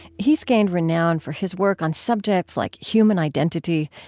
he's gained renown for his work on subjects like human identity,